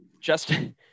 Justin